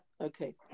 Okay